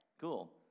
cool